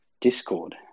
Discord